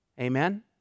Amen